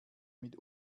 mit